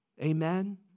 Amen